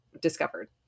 discovered